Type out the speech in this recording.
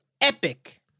epic